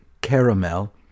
caramel